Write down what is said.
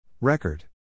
Record